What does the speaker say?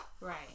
right